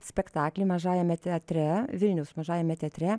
spektaklį mažajame teatre vilniaus mažajame teatre